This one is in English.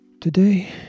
Today